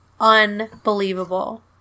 unbelievable